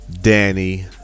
Danny